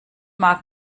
mag